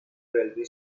railway